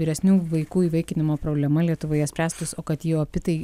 vyresnių vaikų įvaikinimo problema lietuvoje spręstųs o kad ji opi tai